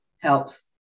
helps